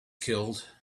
killed